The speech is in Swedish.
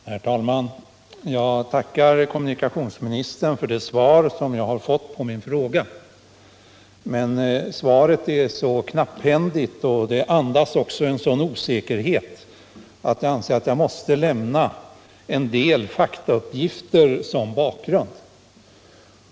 Herr talman! Jag tackar kommunikationsministern för det svar som jag har fått på min fråga, men svaret är så knapphändigt och andas en sådan osäkerhet att jag anser att jag måste lämna en del faktauppgifter som bakgrund.